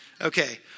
Okay